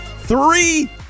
Three